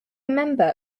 member